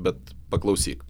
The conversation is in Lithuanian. bet paklausyk